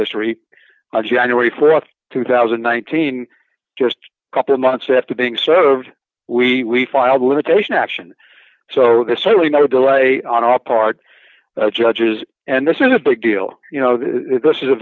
history january th two thousand and one teen just a couple of months after being served we filed limitation action so there's certainly no delay on our part judges and this is a big deal you know this is a